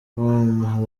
com